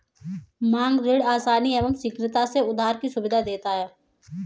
मांग ऋण आसानी एवं शीघ्रता से उधार की सुविधा देता है